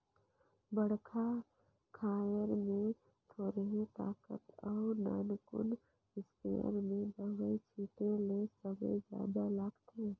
बड़खा खायर में थोरहें ताकत अउ नानकुन इस्पेयर में दवई छिटे ले समे जादा लागथे